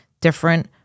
different